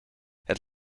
het